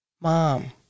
Mom